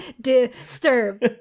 disturb